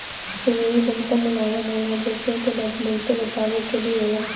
रुई बहुत मुलायम होला जेसे एके बहुते बचावे के भी होला